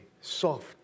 soft